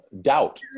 Doubt